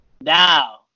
now